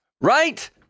Right